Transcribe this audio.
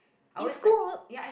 in school